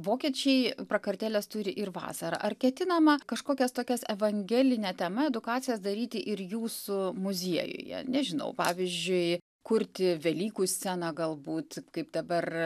vokiečiai prakartėlės turi ir vasarą ar ketinama kažkokias tokias evangeline tema edukacijas daryti ir jūsų muziejuje nežinau pavyzdžiui kurti velykų sceną galbūt kaip dabar